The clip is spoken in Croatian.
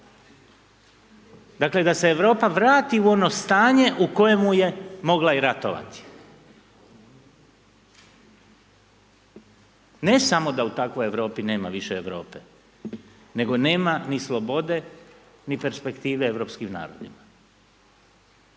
Dakle, da se Europa vrati u ono stanje u kojemu je mogla i ratovati. Ne samo da u takvoj Europi, nema više Europe, nego nema ni slobode, ni perspektive europskim narodima.